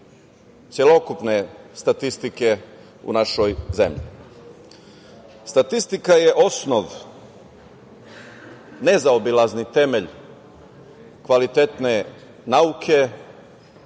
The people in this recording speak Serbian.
celokupne statistike u našoj zemlji. Statistika je osnov, nezaobilazni temelj kvalitetne nauke,